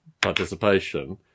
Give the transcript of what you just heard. participation